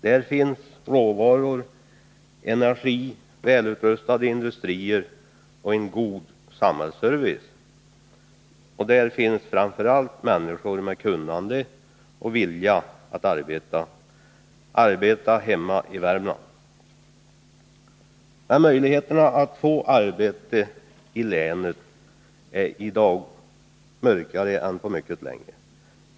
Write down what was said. Där finns råvaror, energi, välutrustade industrier och en god samhällsservice. Och där finns framför allt människor med kunnande och med vilja att arbeta — arbeta hemma i Värmland. Men utsikterna att få arbete i länet är i dag mörkare än på mycket länge.